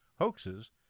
hoaxes